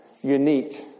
unique